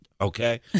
Okay